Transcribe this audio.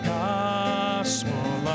gospel